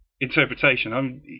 interpretation